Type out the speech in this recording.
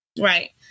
Right